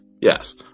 Yes